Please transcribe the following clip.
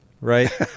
right